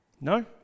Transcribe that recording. no